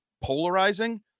polarizing